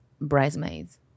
Bridesmaids